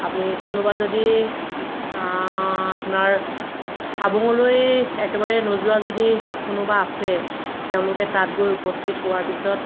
আপুনি কোনোবা যদি আপোনাৰ হাবুঙলৈ একেবাৰে নোযোৱা যদি কোনোবা আছে তেওঁলোকে তাত গৈ উপস্থিত হোৱাৰ পিছত